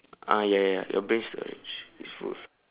ah ya ya ya your brain storage is full